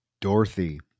Dorothy